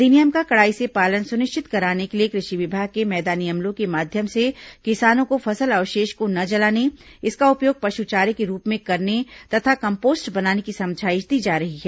अधिनियम का कड़ाई से पालन सुनिश्चित कराने के लिए कृषि विभाग के मैदानी अमलों के माध्यम से किसानों को फसल अवशेष को न जलाने इसका उपयोग पशु चारे के रूप में करने तथा कम्पोस्ट बनाने की समझाइश दी जा रही है